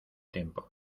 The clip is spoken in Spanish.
tiempo